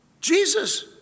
Jesus